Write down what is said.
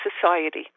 society